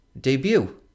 debut